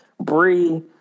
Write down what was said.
Bree